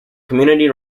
community